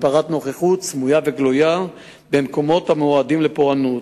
הגברת נוכחות סמויה וגלויה במקומות המועדים לפורענות.